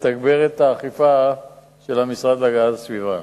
לתגבר את האכיפה של המשרד להגנת הסביבה.